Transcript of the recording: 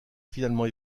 finalement